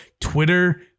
Twitter